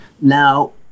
Now